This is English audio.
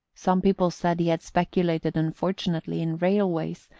some people said he had speculated unfortunately in railways,